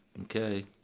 Okay